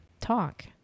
Talk